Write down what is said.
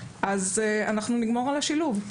אז אנחנו נגמור על השילוב.